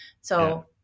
So-